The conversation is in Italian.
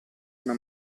una